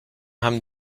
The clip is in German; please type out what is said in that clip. haben